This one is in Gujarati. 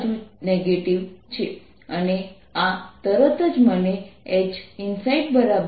તો આપણે જોઈ શકીએ છીએ આ તે વર્તુળ છે કે જેના પર ds ખસેડી રહ્યું છે